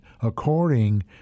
according